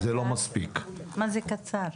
התייחסנו לסעיף סעיף ברצינות ובחרדת קודש,